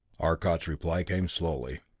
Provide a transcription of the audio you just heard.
arcot's reply came slowly.